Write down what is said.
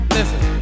Listen